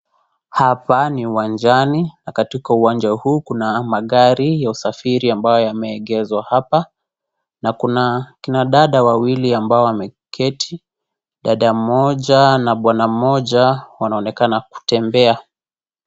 Hapa ni uwanjani, na katika uwanja huu kuna magari ya usafiri ambayo yameegeshwa hapa, na kuna kina dada wawili ambao wameketi. Dada mmoja na bwana mmoja wanaonekana kutembea.